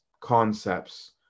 concepts